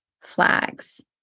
flags